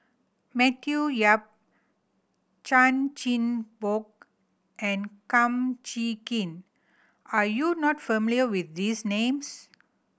Matthew Yap Chan Chin Bock and Kum Chee Kin are you not familiar with these names